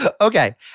okay